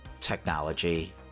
technology